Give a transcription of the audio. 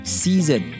season